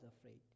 afraid